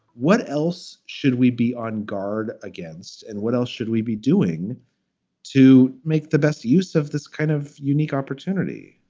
what else should we be on guard against? and what else should we be doing to make the best use of this kind of unique opportunity?